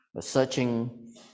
searching